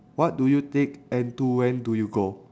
what do you take and to when do you go